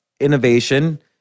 innovation